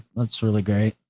that's really great.